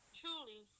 truly